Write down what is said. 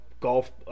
golf